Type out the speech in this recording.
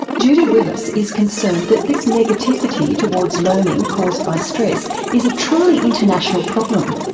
judy willis is concerned that this negativity towards learning caused by stress is a truly international problem.